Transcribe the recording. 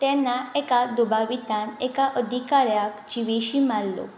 तेन्ना एका दुबावितान एका अधिकाऱ्याक जिवेशीं मारलो